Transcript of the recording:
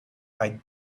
eyed